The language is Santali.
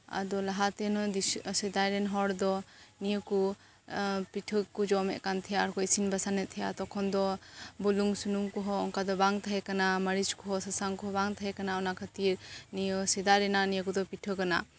ᱟᱫᱚ ᱞᱟᱦᱟᱛᱮᱱ ᱥᱮᱫᱟᱭᱨᱮᱱ ᱦᱚᱲ ᱫᱚ ᱱᱤᱭᱟᱹᱠᱚ ᱯᱤᱴᱷᱟᱹᱠᱚ ᱡᱚᱢᱮᱫ ᱠᱟᱱᱛᱟᱦᱮᱸᱫᱼᱟ ᱟᱨ ᱠᱚ ᱤᱥᱤᱱ ᱵᱟᱥᱟᱝ ᱮᱫ ᱠᱟᱱ ᱛᱟᱦᱮᱫᱼᱟ ᱛᱚᱠᱷᱚᱱ ᱫᱚ ᱵᱩᱞᱩᱝ ᱥᱩᱱᱩᱢ ᱠᱚᱸᱦᱚ ᱚᱱᱠᱟ ᱫᱚ ᱵᱟᱝ ᱛᱟᱦᱮᱸ ᱠᱟᱱᱟ ᱢᱟᱹᱨᱤᱪ ᱠᱚᱦᱚᱸ ᱥᱟᱥᱟᱝ ᱠᱚᱦᱚᱸ ᱵᱟᱝᱛᱟᱦᱮᱸ ᱠᱟᱱᱟ ᱚᱱᱟ ᱠᱷᱟᱹᱛᱤᱨ ᱱᱤᱭᱟᱹ ᱥᱮᱫᱟᱭ ᱨᱮᱮᱟᱜ ᱱᱤᱭᱟᱹ ᱠᱚ ᱯᱤᱴᱷᱟᱹ ᱠᱟᱱᱟ